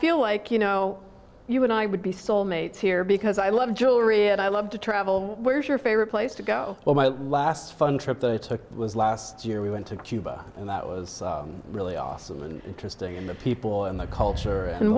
feel like you know you and i would be soulmates here because i love jewelry and i love to travel where's your favorite place to go where my last fun trip was last year we went to cuba and that was really awesome and interesting and the people and the culture and